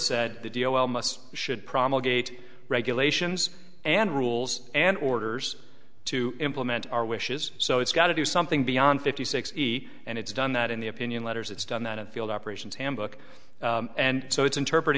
must should promulgated regulations and rules and orders to implement our wishes so it's got to do something beyond fifty sixty and it's done that in the opinion letters it's done that in field operations handbook and so it's interpret